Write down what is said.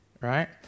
right